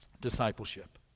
discipleship